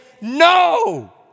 no